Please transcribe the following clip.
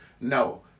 No